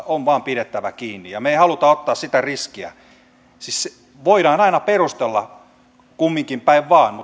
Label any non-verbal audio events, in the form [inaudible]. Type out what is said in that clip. [unintelligible] on vain pidettävä kiinni me emme halua ottaa sitä riskiä voidaan aina perustella kumminkin päin vain